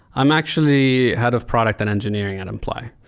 i'm actually head of product and engineering at imply.